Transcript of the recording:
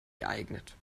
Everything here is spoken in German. geeignet